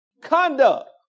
Conduct